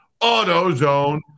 AutoZone